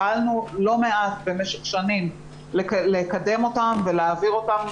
פעלנו לא מעט במשך שנים כדי לקדם אותן ולהעביר אותן,